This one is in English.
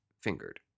fingered